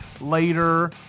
later